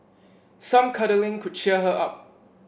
some cuddling could cheer her up